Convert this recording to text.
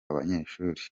banyeshuri